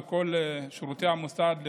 כל שירותי המוסד,